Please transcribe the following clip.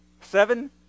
Seven